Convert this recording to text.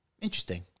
Interesting